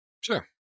sure